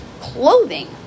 clothing